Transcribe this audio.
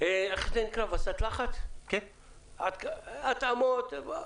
וסת לחץ התאמות.